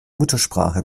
muttersprache